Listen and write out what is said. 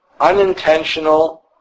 unintentional